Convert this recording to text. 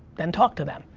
then talk to them.